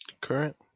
Current